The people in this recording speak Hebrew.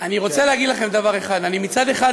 אני רוצה להגיד לכם דבר אחד: מצד אחד,